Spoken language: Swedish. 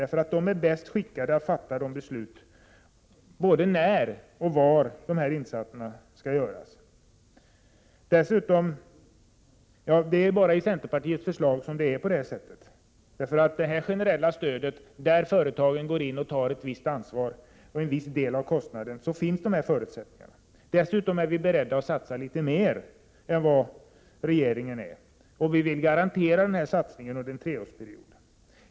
Det är de som är bäst skickade att fatta beslut både om, när och var dessa insatser skall göras. Det är bara i centerpartiets förslag som det är på det sättet. Dessa förutsättningar finns i det generella stödet, där företagen går in och tar ett visst ansvar och en viss del av kostnaden. Vi är dessutom beredda att satsa litet mer än vad regeringen är. Vi vill garantera denna satsning under en treårsperiod.